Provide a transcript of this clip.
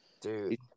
Dude